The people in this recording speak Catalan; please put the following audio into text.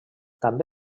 també